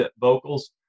vocals